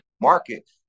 market